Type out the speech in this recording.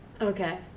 Okay